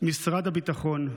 משרד הביטחון,